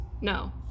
no